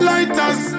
Lighters